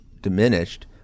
diminished